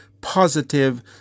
positive